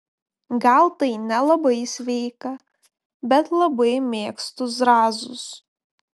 gal tai nelabai sveika bet labai mėgstu zrazus